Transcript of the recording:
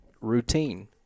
routine